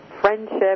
friendship